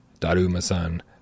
Daruma-san